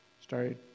started